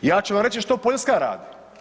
Ja ću vam reći što Poljska radi.